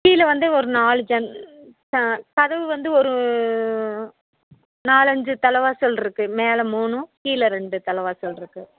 கீழே வந்து ஒரு நாலு ஜன் ஆ கதவு வந்து ஒரு நாலஞ்சு தலை வாசலிருக்கு மேலே மூணும் கீழே ரெண்டு தலை வாசலிருக்கு